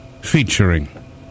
featuring